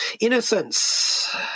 Innocence